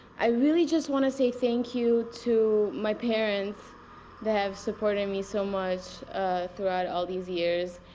i really just want to say thank you to my parents that have supported me so much throughout all these years.